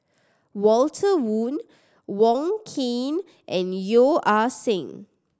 Walter Woon Wong Keen and Yeo Ah Seng